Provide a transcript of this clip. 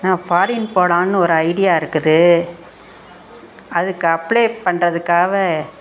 நான் ஃபாரின் போகலானு ஒரு ஐடியா இருக்குது அதுக்கு அப்ளை பண்றதுக்காகவே